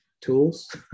tools